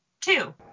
two